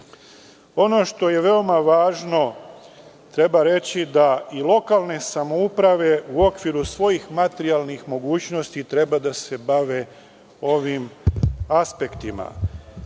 što je veoma važno, treba reći da i lokalne samouprave u okviru svojih materijalnih mogućnosti treba da se bave ovim aspektima,